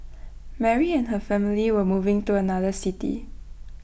Mary and her family were moving to another city